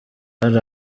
hari